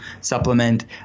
supplement